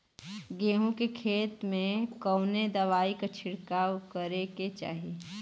गेहूँ के खेत मे कवने दवाई क छिड़काव करे के चाही?